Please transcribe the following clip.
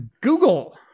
Google